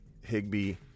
Higby